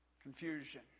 confusion